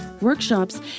workshops